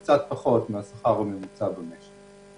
שזה קצת פחות מהשכר הממוצע במשק.